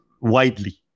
widely